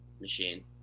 machine